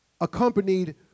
accompanied